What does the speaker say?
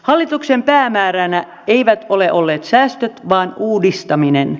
hallituksen päämääränä eivät ole olleet säästöt vaan uudistaminen